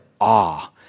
awe